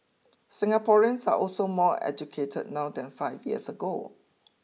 Singaporeans are also more educated now than five years ago